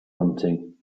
hunting